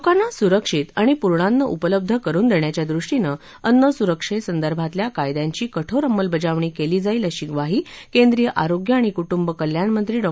लोकांना सुरक्षित आणि पूर्णान्न उपलब्ध करून देण्याच्या दृष्टीनं अन्न सुरक्षेसंदर्भातल्या कायद्यांची कठोर अंमलबजावणी केली जाईल अशी म्वाही केंद्रीय आरोग्य आणि कुटुंब कल्याण मंत्री डॉ